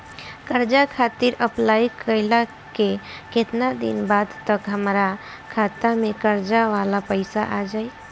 कर्जा खातिर अप्लाई कईला के केतना दिन बाद तक हमरा खाता मे कर्जा वाला पैसा आ जायी?